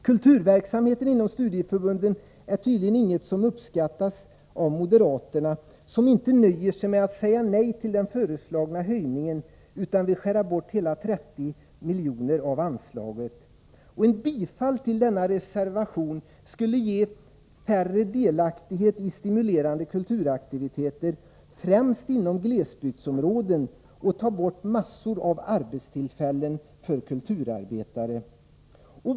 Kulturverksamheten inom studieförbunden är tydligen inget som uppskattas av moderaterna, som inte nöjer sig med att säga nej till den föreslagna höjningen utan vill skära bort hela 30 miljoner av anslaget. Ett bifall till denna reservation skulle ge färre delaktighet i stimulerande kulturaktiviteter, främst i glesbygdsområden, och ta bort mängder av arbetstillfällen för kulturarbetare.